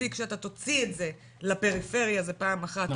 מספיק שאתה תוציא את זה לפריפריה זה פעם אחת,